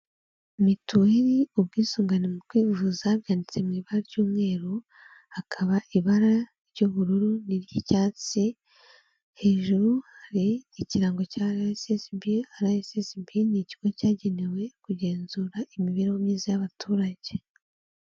Mituweri ubwisungane mu kwivuza byanditse mu ibara by'umweru, hakaba ibara ry'ubururu n'iry'icyatsi, hejuru hari ikirango cya RSSB, RSSB ni ikigo cyagenewe kugenzura imibereho myiza y'abaturage.